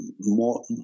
more